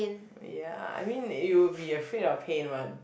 ya I mean you will be afraid of pain what